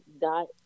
dot